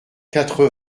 quatre